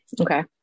okay